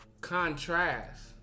contrast